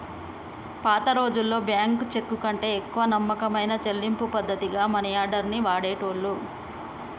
పాతరోజుల్లో బ్యేంకు చెక్కుకంటే ఎక్కువ నమ్మకమైన చెల్లింపు పద్ధతిగా మనియార్డర్ ని వాడేటోళ్ళు